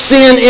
Sin